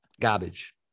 Garbage